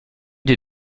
des